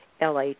LA